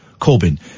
Corbyn